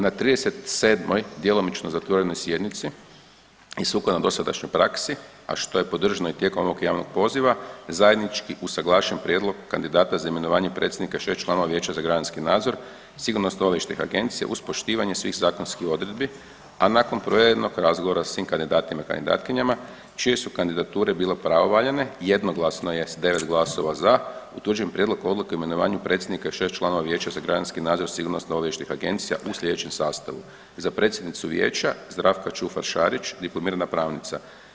Na 37. djelomično zatvorenoj sjednici i sukladno dosadašnjoj praksi, a što je podržano i tijekom ovog javnog poziva zajednički usuglašen prijedlog kandidata za imenovanje predsjednika i šest članova Vijeća za građanski nadzor sigurnosno-obavještajnih agencija uz poštivanje svih zakonskih odredbi, a nakon provedenog razgovora sa svim kandidatima i kandidatkinjama čije su kandidature bile pravovaljane jednoglasno je sa 9 glasova za utvrđen prijedlog odluke o imenovanju predsjednika i šest članova Vijeća za građanski nadzor sigurnosno-obavještajnih agencija u sljedećem sastavu: za predsjednicu vijeća Zdravka Čufar Šarić, diplomirana pravnica.